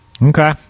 Okay